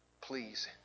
Please